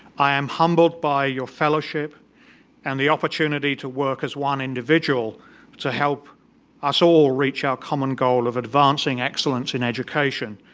i am humbled by your fellowship and the opportunity to work as one individual to help us all reach our common goal of advancing excellence in education,